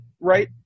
Right